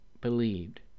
believed